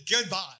Goodbye